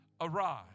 arise